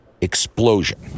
explosion